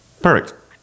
Perfect